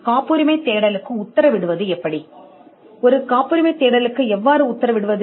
காப்புரிமை தேடலை எவ்வாறு ஆர்டர் செய்வது